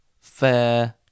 fair